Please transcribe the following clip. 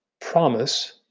promise